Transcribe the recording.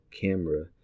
camera